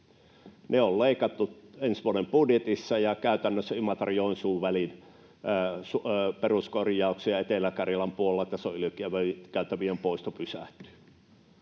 Ne on leikattu ensi vuoden budjetista, ja käytännössä Imatra—Joensuu-välin peruskorjauksia Etelä-Karjalan puolella... Taso- ja ylikäytävien poisto pysähtyy.